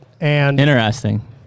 Interesting